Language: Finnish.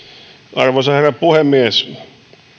arvoisa herra puhemies